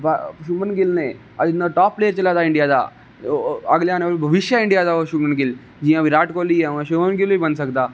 शुभमन गिल ने अज्ज इन्ना टाप प्लेयर चला दा इंडिया दा अग्गे औने आहला भिबिष्य है इडियां दा ओह शुभमन गिल जिया शुभमन गिल बी बनी सकदा